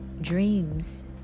dreams